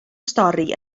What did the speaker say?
stori